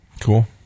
Cool